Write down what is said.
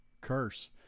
curse